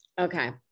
Okay